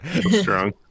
Strong